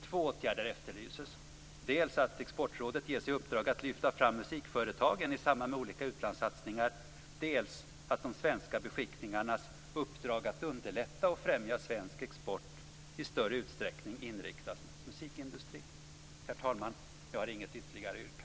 Två åtgärder efterlyses, dels att Exportrådet ges i uppdrag att lyfta fram musikföretagen i samband med olika utlandssatsningar, dels att de svenska beskickningarnas uppdrag att underlätta och främja svensk export i större utsträckning inriktas mot musikindustrin. Herr talman! Jag har inget ytterligare yrkande.